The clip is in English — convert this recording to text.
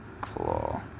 Claw